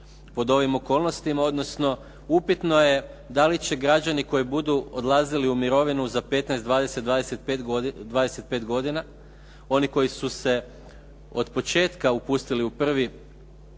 pod ovim okolnostima, odnosno upitno je da li će građani koji budu odlazili u mirovinu za 15, 20, 25 godina, oni koji su se od početka upustili u drugi